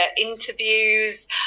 interviews